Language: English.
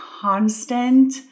constant